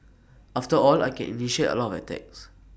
after all I can initiate A lot attacks